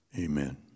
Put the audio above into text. amen